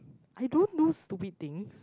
I don't do stupid things